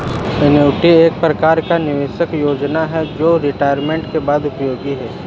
annuity एक प्रकार का निवेश योजना है जो रिटायरमेंट के बाद उपयोगी है